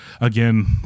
Again